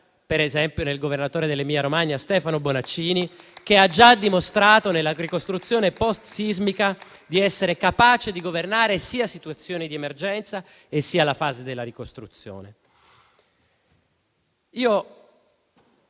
per esempio nel governatore dell'Emilia-Romagna Stefano Bonaccini, che ha già dimostrato nella ricostruzione post sismica di essere capace di governare sia situazioni di emergenza sia la fase della ricostruzione.